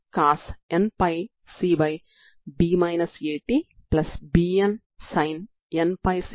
కాబట్టి ఇవి మీ పరిష్కారాలు అవుతాయి